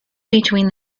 between